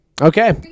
Okay